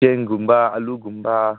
ꯆꯦꯡꯒꯨꯝꯕ ꯑꯥꯂꯨꯒꯨꯝꯕ